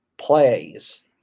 plays